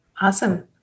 Awesome